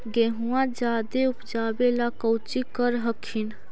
गेहुमा जायदे उपजाबे ला कौची कर हखिन?